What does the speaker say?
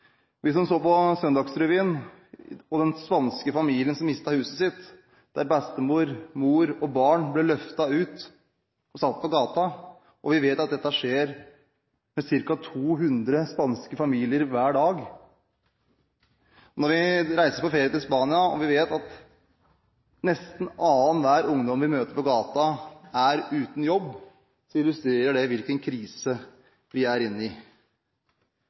Vi som så på Søndagsrevyen, så den spanske familien som mistet huset sitt, der bestemor, mor og barn ble løftet ut og satt på gaten. Vi vet at dette skjer med ca. 200 spanske familier hver dag. Når vi reiser på ferie til Spania og vet at nesten annenhver ungdom vi møter på gaten, er uten jobb, illustrerer det hvilken krise vi er